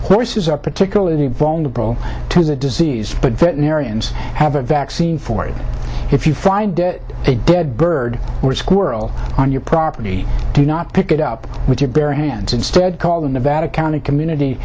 forces are particularly vulnerable to the disease but veterinarians have a vaccine for it if you find a dead bird or a squirrel on your property do not pick it up with your bare hands instead call the nevada county community